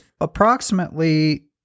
approximately